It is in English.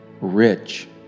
rich